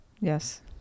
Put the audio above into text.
Yes